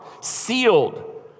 sealed